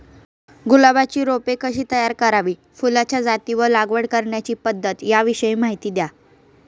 गुलाबाची रोपे कशी तयार करावी? फुलाच्या जाती व लागवड करण्याची पद्धत याविषयी माहिती द्या